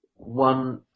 One